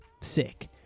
Sick